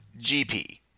GP